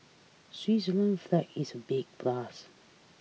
Switzerland's flag is big plus